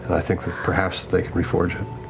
i think that perhaps they can reforge it.